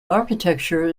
architecture